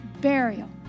burial